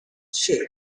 shape